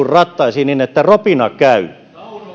rattaisiin niin että ropina käy